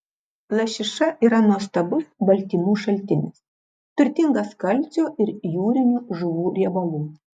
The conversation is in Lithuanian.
lašiša yra nuostabus baltymų šaltinis turtingas kalcio ir jūrinių žuvų riebalų